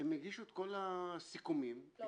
הם הגישו את כל הסיכומים --- לא,